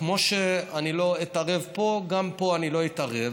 כמו שאני לא אתערב פה, גם פה אני לא אתערב.